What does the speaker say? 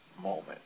moment